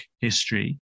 history